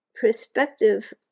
perspective